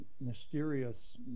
mysterious